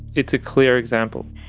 it's a clear example.